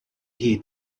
heed